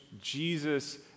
Jesus